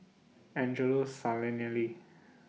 Angelo Sanelli